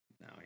No